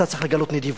אתה צריך לגלות נדיבות,